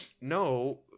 no